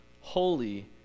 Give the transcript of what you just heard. holy